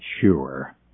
sure